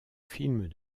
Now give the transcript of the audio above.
films